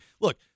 look